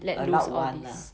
allowed [one] lah